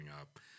up